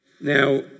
Now